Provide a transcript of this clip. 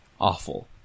awful